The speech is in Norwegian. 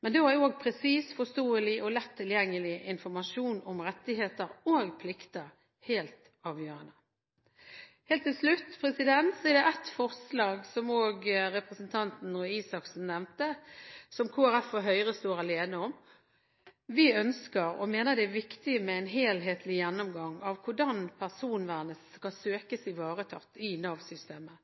Men da er presis, forståelig og lett tilgjengelig informasjon om rettigheter og plikter helt avgjørende. Til slutt er det et forslag, som også representanten Røe Isaksen nevnte, som Kristelig Folkeparti og Høyre står alene om. Vi ønsker, og mener det er viktig, med en helhetlig gjennomgang av hvordan personvernet skal søkes ivaretatt i Nav-systemet.